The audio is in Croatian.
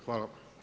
Hvala.